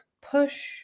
push